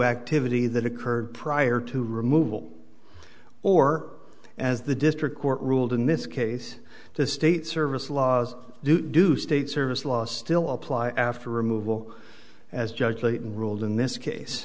activity that occurred prior to removal or as the district court ruled in this case to state service laws do do state service last still apply after removal as judge layton ruled in this